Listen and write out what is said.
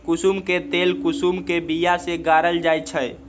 कुशुम के तेल कुशुम के बिया से गारल जाइ छइ